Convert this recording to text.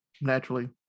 naturally